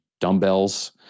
dumbbells